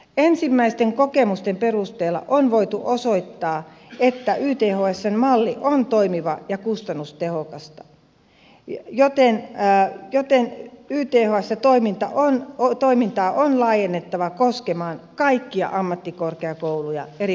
ensimmäisten kokemusten perusteella on voitu osoittaa että ythsn malli on toimiva ja kustannustehokas joten ythsn toimintaa on laajennettava koskemaan kaikkia ammattikorkeakouluja eri puolilla suomea